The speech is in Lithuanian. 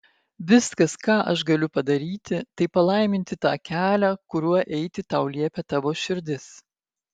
viskas ką aš galiu padaryti tai palaiminti tą kelią kuriuo eiti tau liepia tavo širdis